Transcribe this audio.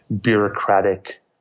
bureaucratic